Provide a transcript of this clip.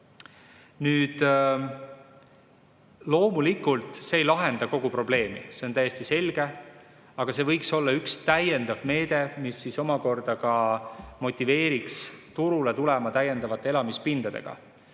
nii. Loomulikult ei lahenda see kogu probleemi, see on täiesti selge, aga see võiks olla üks täiendav meede, mis omakorda motiveeriks turule tulema täiendavate elamispindadega.